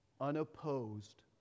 unopposed